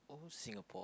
old Singapore